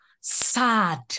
sad